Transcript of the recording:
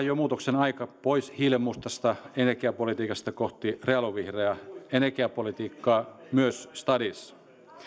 jo muutoksen aika pois hiilenmustasta energiapolitiikasta kohti realovihreää energiapolitiikkaa myös stadissa